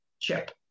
chip